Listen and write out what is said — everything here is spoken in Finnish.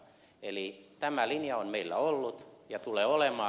eli tämä linja on meillä ollut ja tulee olemaan